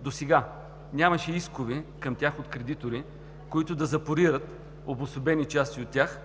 Досега нямаше искове към тях от кредитори, които да запорират обособени части от тях